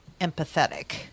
empathetic